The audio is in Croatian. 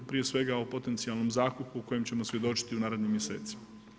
Prije svega o potencijalnom zakupu o kojem ćemo svjedočiti u narednim mjesecima.